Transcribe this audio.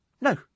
No